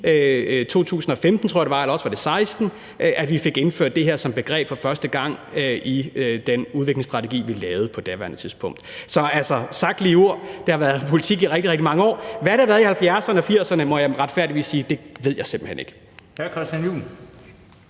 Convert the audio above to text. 2016, tror jeg det var, at vi for første gang fik indført det her som et begreb i den udviklingsstrategi, som vi lavede på daværende tidspunkt. Så sagt ligeud: Det har været vores politik i rigtig mange år. Hvad den har været i 1970'erne og 1980'erne, må jeg retfærdigvis sige at jeg simpelt hen ikke